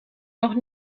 noch